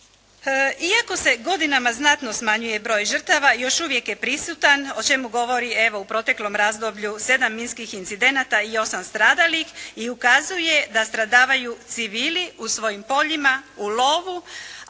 Iako se godinama znatno smanjuje broj žrtava još uvijek je prisutan o čemu govori evo u proteklom razdoblju 7 minskih incidenata i 8 stradalih i ukazuje da stradavaju civili u svojim poljima, u lovu